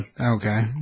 Okay